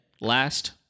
Last